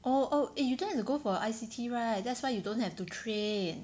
oh oh you don't have to go for I_C_T right that's why you don't have to train